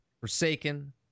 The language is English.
Forsaken